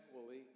equally